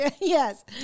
Yes